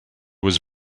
was